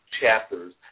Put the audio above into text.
chapters